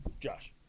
Josh